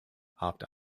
after